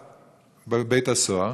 שר בבית-הסוהר,